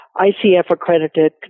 ICF-accredited